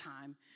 time